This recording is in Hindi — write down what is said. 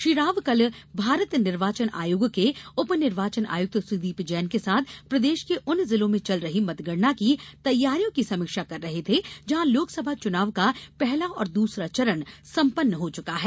श्री राव कल भारत निर्वाचन आयोग के उप निर्वाचन आयुक्त सुदीप जैन के साथ प्रदेश के उन जिलों में चल रही मतगणना की तैयारियों की समीक्षा कर रहे थे जहाँ लोकसभा चुनाव का पहला और दूसरा चरण सम्पन्न हो चुका है